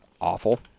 Awful